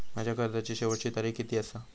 माझ्या कर्जाची शेवटची तारीख किती आसा?